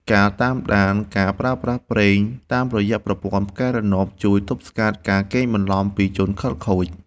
ការតាមដានការប្រើប្រាស់ប្រេងតាមរយៈប្រព័ន្ធផ្កាយរណបជួយទប់ស្កាត់ការកេងបន្លំពីជនខិលខូច។